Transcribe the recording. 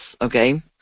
okay